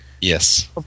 Yes